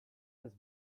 has